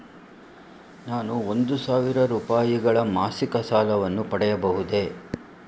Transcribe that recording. ನಾನು ಒಂದು ಸಾವಿರ ರೂಪಾಯಿಗಳ ಮಾಸಿಕ ಸಾಲವನ್ನು ಪಡೆಯಬಹುದೇ?